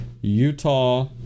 Utah